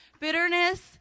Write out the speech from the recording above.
Bitterness